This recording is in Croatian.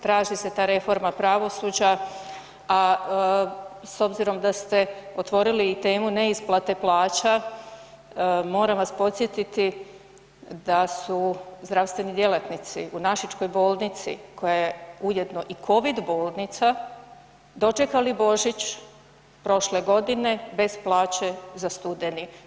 Traži se ta reforma pravosuđa, a s obzirom da ste otvorili i temu neisplate plaća moram vas podsjetiti da su zdravstveni djelatnici u Našičkoj bolnici koja je ujedno i covid bolnica dočekali Božić prošle godine bez plaće za studeni.